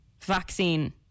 vaccine